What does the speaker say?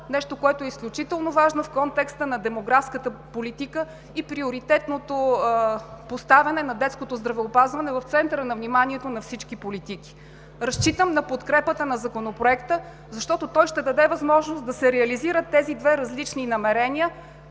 нещо което е изключително важно в контекста на демографската политика и приоритетното поставяне на детското здравеопазване в центъра на вниманието на всички политики. Разчитам на подкрепата на Законопроекта, защото той ще даде възможност да се реализират тези две различни намерения.